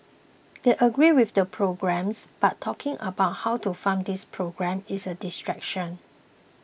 they agree with the programmes but talking about how to fund these programmes is a distraction